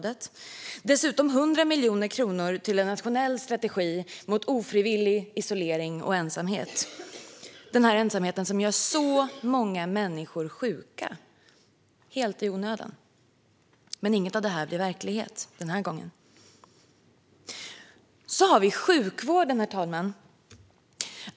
Dessutom föreslog vi 100 miljoner kronor till en nationell strategi mot ofrivillig isolering och ensamhet, denna ensamhet som gör många människor sjuka helt i onödan. Men inget av detta blir verklighet den här gången. Så har vi sjukvården, herr talman.